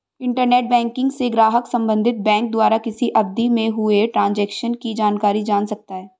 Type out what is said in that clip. internet banking से ग्राहक संबंधित बैंक द्वारा किसी अवधि में हुए ट्रांजेक्शन की जानकारी जान सकता है